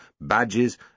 badges